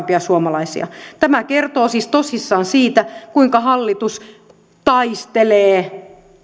kaikkein varakkaimpia suomalaisia tämä kertoo siis tosissaan siitä kuinka hallitus taistelee